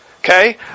Okay